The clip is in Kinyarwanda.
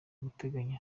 guteganya